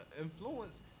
influence